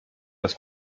das